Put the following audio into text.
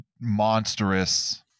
monstrous